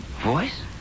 Voice